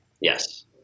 Yes